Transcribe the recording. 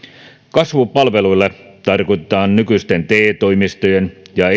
kasvupalveluilla tarkoitetaan nykyisten te toimistojen ja